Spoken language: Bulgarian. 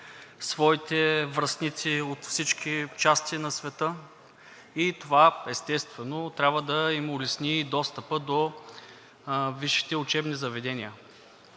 своите връстници от всички части на света и това, естествено, трябва да им улесни достъпа до висшите учебни заведения,